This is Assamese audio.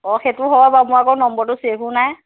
অঁ সেইটো হয় বাৰু মই আকৌ নম্বৰটো ছেভো নাই